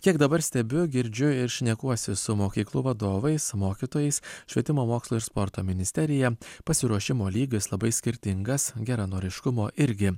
kiek dabar stebiu girdžiu ir šnekuosi su mokyklų vadovais mokytojais švietimo mokslo ir sporto ministerija pasiruošimo lygis labai skirtingas geranoriškumo irgi